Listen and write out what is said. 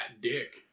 dick